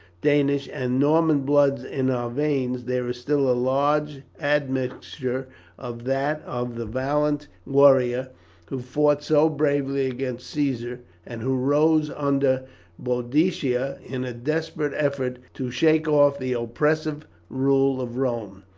danish, and norman blood in our veins, there is still a large admixture of that of the valiant warriors who fought so bravely against caesar, and who rose under boadicea in a desperate effort to shake off the oppressive rule of rome.